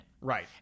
Right